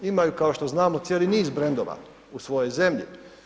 Imaju kao što znamo cijeli niz brendova u svojoj zemlji.